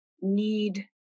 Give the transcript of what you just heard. need